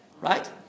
right